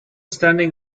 standing